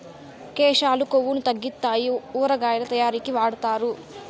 కేశాలు కొవ్వును తగ్గితాయి ఊరగాయ తయారీకి వాడుతారు